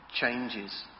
changes